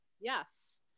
Yes